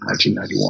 1991